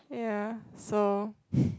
ya so